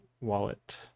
wallet